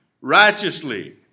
Righteously